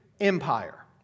Empire